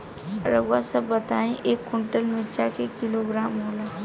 रउआ सभ बताई एक कुन्टल मिर्चा क किलोग्राम होला?